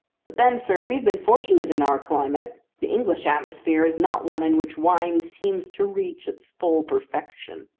but then, sir, we have been fortunate in our climate. the english atmosphere is not one in which wine seems to reach its full perfection.